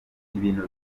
ibintu